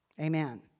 Amen